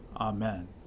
Amen